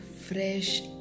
fresh